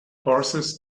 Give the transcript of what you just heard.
horses